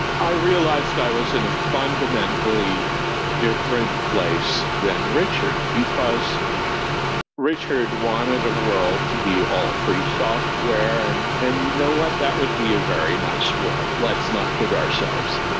i realized i was in a fundamentally different place than richard, because richard wanted the ah world to be all free software. and and you know what? that would be a very nice world. let's not kid ourselves.